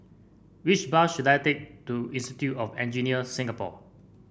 which bus should I take to Institute of Engineers Singapore